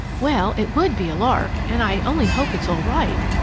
well it would be a lark, and i only hope it's all right.